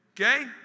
okay